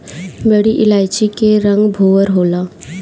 बड़ी इलायची के रंग भूअर होला